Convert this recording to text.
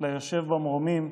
ליושב במרומים,